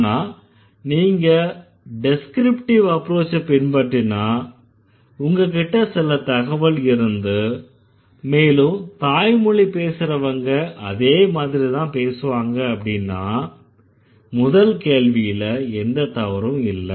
ஆனா நீங்க டெஸ்க்ரிப்டிவ் அப்ரோச்ச பின்பற்றினா உங்ககிட்ட சில தகவல் இருந்து மேலும் தாய்மொழி பேசறவங்க அதே மாதிரிதான் பேசறாங்கன்னா முதல் கேள்வியில எந்த தவறும் இல்லை